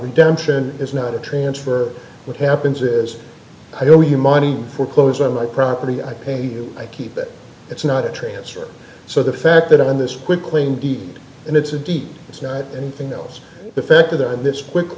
redemption is not a transfer what happens is i owe you money for clothes on my property i paid i keep it it's not a transfer so the fact that on this quick claim deep and it's a deep it's not anything else the fact that this quick